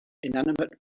inanimate